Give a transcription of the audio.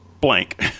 blank